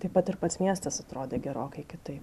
taip pat ir pats miestas atrodė gerokai kitaip